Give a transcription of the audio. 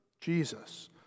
Jesus